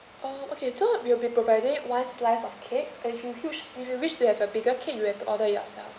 uh okay so we'll be providing one slice of cake and if you hu~ if you wish to have a bigger cake you have to order yourself